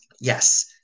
Yes